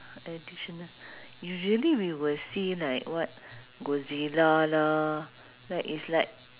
additional usually we would see like what godzilla lah like it's like